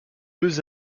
deux